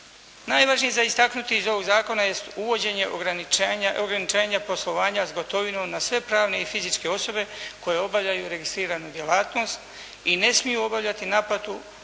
Najvažnije za istaknuti iz ovog zakona jest uvođenje ograničenja poslovanja s gotovinom na sve pravne i fizičke osobe koje obavljaju registriranu djelatnost i ne smiju obavljati naplatu